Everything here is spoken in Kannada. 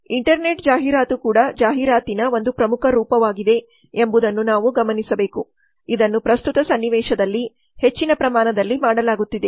ಇಂಟರ್ನೆಟ್ ಜಾಹೀರಾತು ಕೂಡ ಜಾಹೀರಾತಿನ ಒಂದು ಪ್ರಮುಖ ರೂಪವಾಗಿದೆ ಎಂಬುದನ್ನು ನಾವು ಗಮನಿಸಬೇಕು ಇದನ್ನು ಪ್ರಸ್ತುತ ಸನ್ನಿವೇಶದಲ್ಲಿ ಹೆಚ್ಚಿನ ಪ್ರಮಾಣದಲ್ಲಿ ಮಾಡಲಾಗುತ್ತಿದೆ